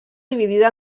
dividida